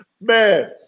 Man